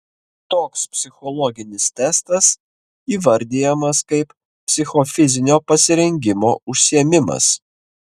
toks psichologinis testas įvardijamas kaip psichofizinio pasirengimo užsiėmimas